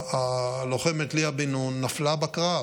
הלוחמת ליה בן נון נפלה בקרב,